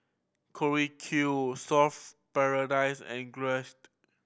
Q Surfer Paradise and